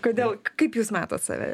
kodėl kaip jūs matot save